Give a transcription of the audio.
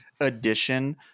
addition